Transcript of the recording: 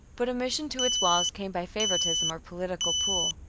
but admission to its walls came by favoritism or political pull,